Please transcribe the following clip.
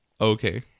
Okay